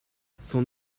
son